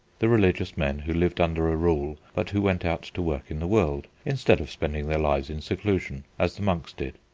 the religious men who lived under a rule but who went out to work in the world, instead of spending their lives in seclusion as the monks did.